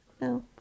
No